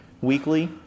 weekly